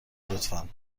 لطفا